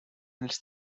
els